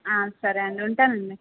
ఆ సరే అండి ఉంటానండి